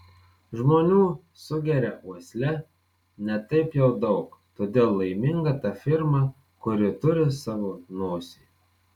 žmonių sugeria uosle ne taip jau daug todėl laiminga ta firma kuri turi savo nosį